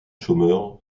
chômeurs